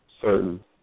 certain